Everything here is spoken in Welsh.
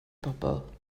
pobl